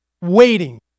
waiting